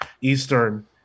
Eastern